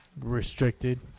Restricted